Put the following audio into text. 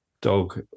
dog